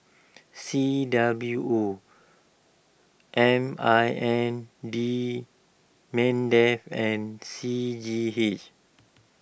C W O M I N D Mindef and C G H